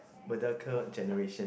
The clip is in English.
Merdaka generation